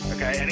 Okay